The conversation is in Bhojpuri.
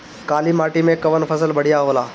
काली माटी मै कवन फसल बढ़िया होला?